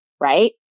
right